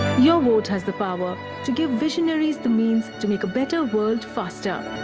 your vote has the power to give visionaries the means to make a better world, faster.